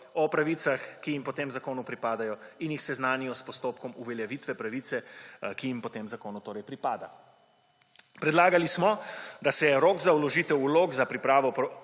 o pravicah, ki jih po tem zakonu pripadajo, in jih seznanijo s postopkom uveljavitve pravice, ki jim po tem zakonu torej pripada. Predlagali smo, da se rok za vložitev vlog za izplačilo